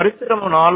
పరిశ్రమ 4